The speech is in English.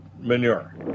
manure